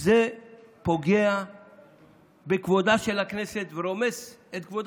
זה פוגע בכבודה של הכנסת ורומס את כבודה